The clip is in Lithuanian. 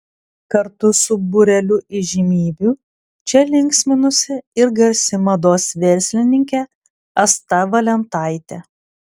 kartu su būreliu įžymybių čia linksminosi ir garsi mados verslininkė asta valentaitė